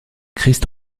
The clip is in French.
christ